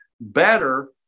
better